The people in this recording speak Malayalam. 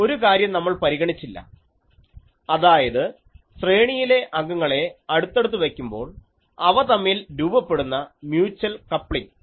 ഒരു കാര്യം നമ്മൾ പരിഗണിച്ചില്ല അതായത് ശ്രേണിയിലെ അംഗങ്ങളെ അടുത്തടുത്ത് വയ്ക്കുമ്പോൾ അവ തമ്മിൽ രൂപപ്പെടുന്ന മ്യൂച്ചൽ കപ്ലിംഗ്